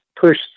push